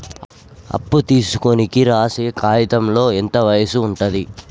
అప్పు తీసుకోనికి రాసే కాయితంలో ఎంత వయసు ఉంటది?